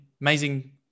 amazing